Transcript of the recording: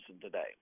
today